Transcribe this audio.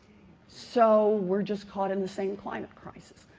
so, we're just caught in the same climate crisis.